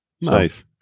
Nice